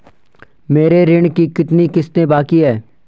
मेरे ऋण की कितनी किश्तें बाकी हैं?